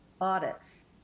audits